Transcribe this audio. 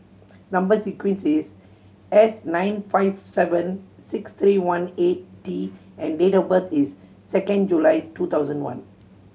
number sequence is S nine five seven six three one eight T and date of birth is second July two thousand one